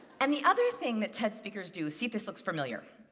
and the other thing that ted speakers do see if this looks familiar.